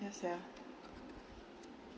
yes sia